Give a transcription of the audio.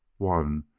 one,